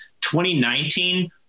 2019